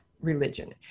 religion